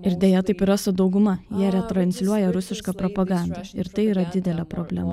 ir deja taip yra su dauguma jie retransliuoja rusišką propagandą ir tai yra didelė problema